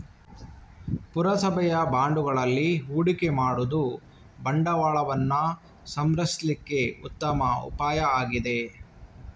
ಪುರಸಭೆಯ ಬಾಂಡುಗಳಲ್ಲಿ ಹೂಡಿಕೆ ಮಾಡುದು ಬಂಡವಾಳವನ್ನ ಸಂರಕ್ಷಿಸ್ಲಿಕ್ಕೆ ಉತ್ತಮ ಉಪಾಯ ಆಗಿದೆ